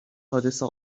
حادثه